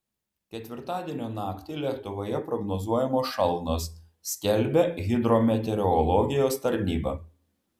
ketvirtadienio naktį lietuvoje prognozuojamos šalnos skelbia hidrometeorologijos tarnyba